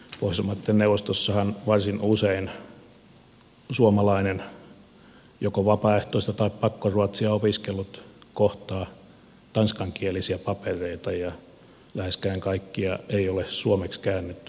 pohjoismaitten neuvostossahan varsin usein suomalainen joko vapaaehtoista tai pakkoruotsia opiskellut kohtaa tanskankielisiä papereita ja läheskään kaikkia ei ole suomeksi käännetty